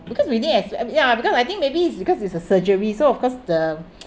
because we didn't ex~ ya because I think maybe it's because it's a surgery so of course the